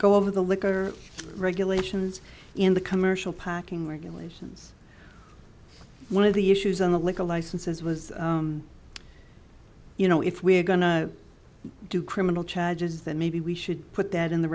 go over the liquor regulations in the commercial packing regulations one of the issues on the liquor licenses was you know if we're going to do criminal charges that maybe we should put that in the